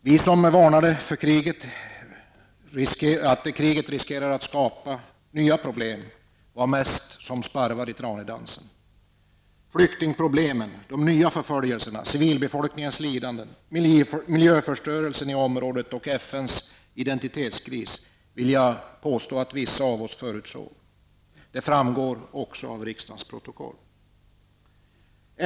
Vi som varnade för att kriget riskerade att skapa nya problem var mest som sparvar i tranedansen. Jag vill påstå att vissa av oss förutsåg flyktingproblemen, de nya förföljelserna, civilbefolkningens lidanden, miljöförstörelsen i området och FNs identitetskris. Det framgår också av riksdagens protokoll.